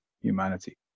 humanity